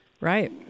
Right